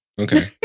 Okay